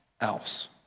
else